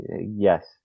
yes